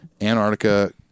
Antarctica